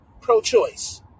pro-choice